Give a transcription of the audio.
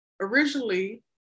originally